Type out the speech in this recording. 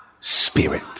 spirit